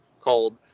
called